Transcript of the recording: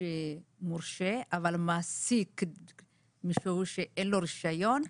מורשה אבל מעסיק מישהו שאין לו רישיון,